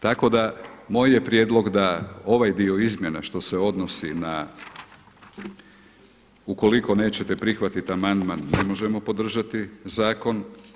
Tako da moj je prijedlog da ovaj dio izmjena što se odnosi na, ukoliko nećete prihvatiti amandman, ne možemo podržati zakon.